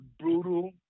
brutal